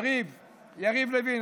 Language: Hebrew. יריב לוין,